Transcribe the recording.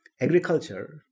agriculture